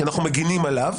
כי אנחנו מגינים עליו,